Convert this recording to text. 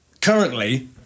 Currently